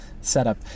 setup